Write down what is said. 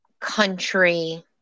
country